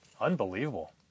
Unbelievable